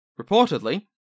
Reportedly